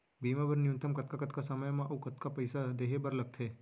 बीमा बर न्यूनतम कतका कतका समय मा अऊ कतका पइसा देहे बर लगथे